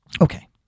Okay